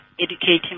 educating